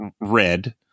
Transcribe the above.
red